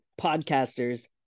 podcasters